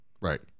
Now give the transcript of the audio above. Right